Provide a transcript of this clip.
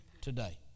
today